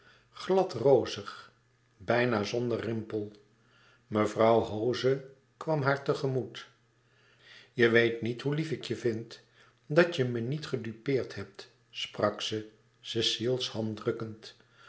glad rozig bijna zonder rimpel mevrouw hoze kwam haar tegemoet je weet niet hoe lief ik je vind dat je me niet gedupeerd hebt sprak ze cecile's hand drukkend